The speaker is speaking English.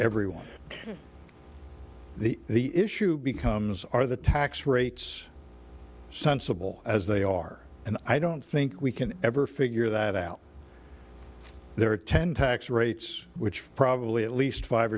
everyone the the issue becomes are the tax rates sensible as they are and i don't think we can ever figure that out there are ten tax rates which probably at least five